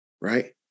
right